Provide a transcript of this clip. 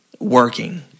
working